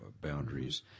boundaries